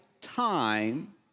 time